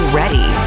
ready